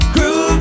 Groove